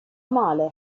male